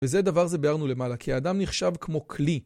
וזה דבר זה בארנו למעלה, כי האדם נחשב כמו כלי.